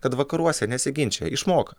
kad vakaruose nesiginčija išmoka